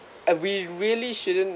and we really shouldn't